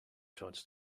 toward